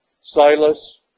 Silas